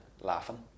laughing